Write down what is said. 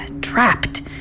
trapped